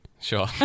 Sure